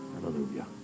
Hallelujah